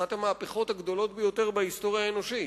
אחת המהפכות הגדולות ביותר בהיסטוריה האנושית.